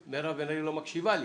מירב בן ארי לא מקשיבה לי.